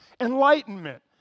enlightenment